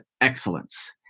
excellence